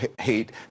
hate